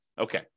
Okay